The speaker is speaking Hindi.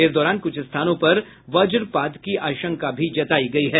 इस दौरान कुछ स्थानों पर वज्रपात की आशंका भी जतायी गयी है